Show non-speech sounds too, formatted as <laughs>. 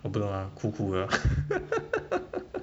我不懂 ah 苦苦 ah <laughs>